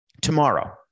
tomorrow